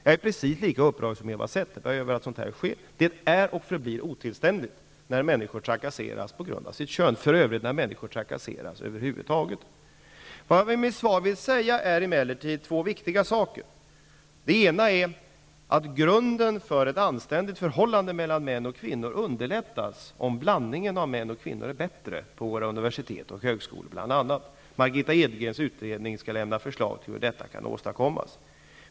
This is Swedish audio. Jag är precis lika upprörd som Eva Zetterberg över att detta sker. Det är och förblir otillständigt när människor trakasseras på grund av sitt kön och för övrigt när människor trakasseras över huvud taget. Med mitt svar vill jag säga två viktiga saker. Det ena är att grunden för ett anständigt förhållande mellan män och kvinnor underlättas om blandningen av män och kvinnor är bättre, bl.a. på våra universitet och högskolor. Margitta Edgrens utredning skall lämna förslag till hur detta kan åstadkommas.